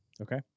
Okay